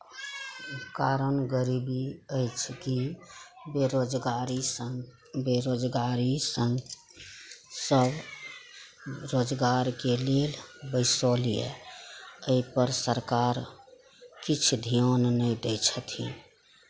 कारण गरीबी अछि कि बेरोजगारी सन बेरोजगारी सन सब रोजगारके लेल बैसल ये एहि पर सरकार किछु ध्यान नहि दै छथिन